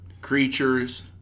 creatures